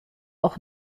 auch